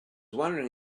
wondering